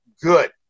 good